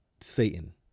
Satan